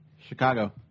chicago